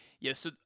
Yes